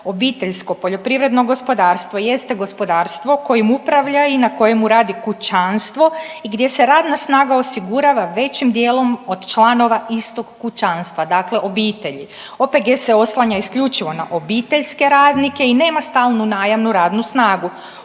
obiteljsko poljoprivredno gospodarstvo jeste gospodarstvo kojim upravlja i na kojemu radi kućanstvo i gdje se radna snaga osigurava većim dijelom od članova istog kućanstva, dakle obitelji. OPG se oslanja isključivo na obiteljske radnike i nema stalnu najamnu radnu snagu.